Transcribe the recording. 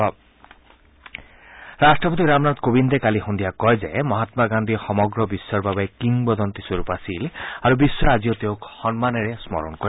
ইপিনে ৰট্টপতি ৰামনাথ কোবিন্দে কালি সন্ধিয়া কয় যে মহাম্মা গান্ধী সমগ্ৰ বিশ্বৰ বাবে কিংবদন্তী স্বৰূপ আছিল আৰু বিশ্বই আজিও তেওঁক সন্মানেৰে স্মৰণ কৰে